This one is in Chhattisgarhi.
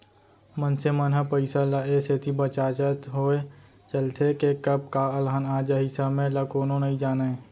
मनसे मन ह पइसा ल ए सेती बचाचत होय चलथे के कब का अलहन आ जाही समे ल कोनो नइ जानयँ